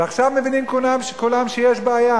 ועכשיו מבינים כולם שיש בעיה.